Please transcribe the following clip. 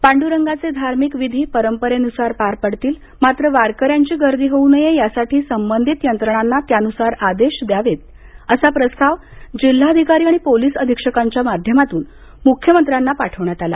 पांड्रगाचे धार्मिक विधी पंरपरेन्सार पार पडतील मात्र वारकऱ्यांची गर्दी होऊ नये यासाठी संबंधित यंत्रणांना त्यानुसार आदेश द्यावेत असा प्रस्ताव जिल्हाधिकारी पोलिस अधीक्षकांच्या माध्यमातून मुख्यमंत्र्यांना पाठवण्यात आला